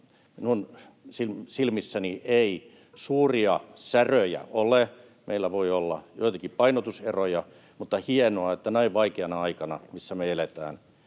minun silmissäni ei suuria säröjä ole. Meillä voi olla joitakin painotuseroja, mutta on hienoa, että näin vaikeana aikana kuin missä me eletään,